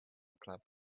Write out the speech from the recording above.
club